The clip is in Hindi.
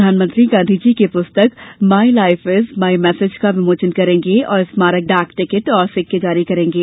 प्रधानमंत्री गांधीजी की पुस्तक my life is my message का विमोचन करेंगे और स्मारक डाक टिकट और सिक्के जारी करेंगे